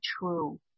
true